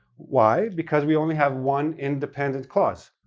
why? because we only have one independent clause.